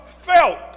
felt